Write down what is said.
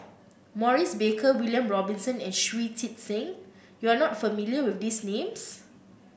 Maurice Baker William Robinson and Shui Tit Sing you are not familiar with these names